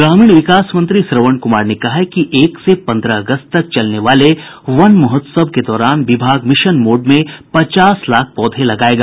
ग्रामीण विकास मंत्री श्रवण कुमार ने कहा है कि एक से पन्द्रह अगस्त तक चलने वाले वन महोत्सव के दौरान विभाग मिशन मोड में पचास लाख पौधे लगायेगा